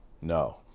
No